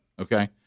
Okay